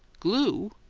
glue!